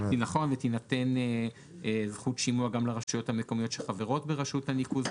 ושתינתן זכות שימוע גם לרשויות המקומיות שחברות ברשות הניקוז.